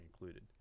included